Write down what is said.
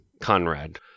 Conrad